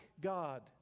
God